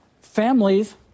families